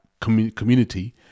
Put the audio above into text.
community